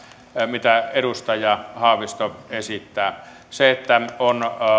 mitä edustaja haavisto esittää sillä että on